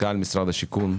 השיכון,